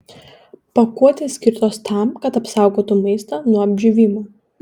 pakuotės skirtos tam kad apsaugotų maistą nuo apdžiūvimo